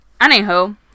Anyhow